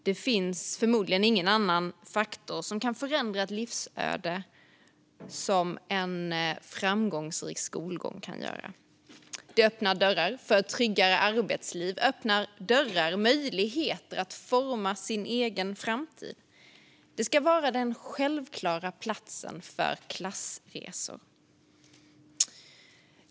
Det finns förmodligen ingen annan faktor som kan förändra ett livsöde så som en framgångsrik skolgång. Skolan öppnar dörrar till ett tryggare arbetsliv och ger möjligheter att forma sin egen framtid. Den ska vara den självklara platsen för klassresor.